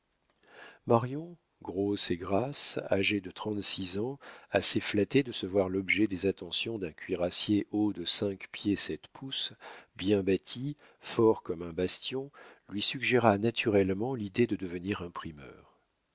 marion grosse et grasse âgée de trente-six ans assez flattée de se voir l'objet des attentions d'un cuirassier haut de cinq pieds sept pouces bien bâti fort comme un bastion lui suggéra naturellement l'idée de devenir imprimeur